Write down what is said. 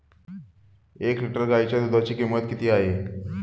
एक लिटर गाईच्या दुधाची किंमत किती आहे?